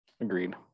Agreed